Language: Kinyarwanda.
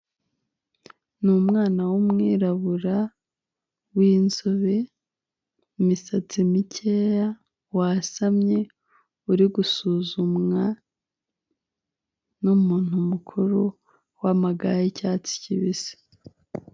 Ni umwana w'umwirabura w'inzobe, imisatsi mikeya, wasamye, uri gusuzumwa n'umuntu mukuru w'amaga y'icyatsi kibisi.